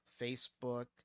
Facebook